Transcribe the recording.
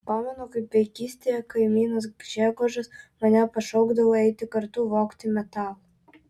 pamenu kaip vaikystėje kaimynas gžegožas mane pašaukdavo eiti kartu vogti metalo